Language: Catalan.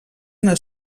una